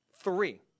three